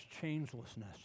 changelessness